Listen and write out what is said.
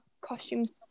costumes